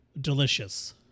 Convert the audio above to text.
delicious